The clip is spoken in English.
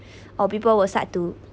or people will start to